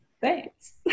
thanks